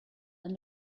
and